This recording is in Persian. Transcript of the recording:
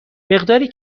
مقداری